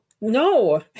no